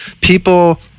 people